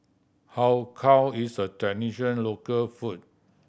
Har Kow is a tradition local food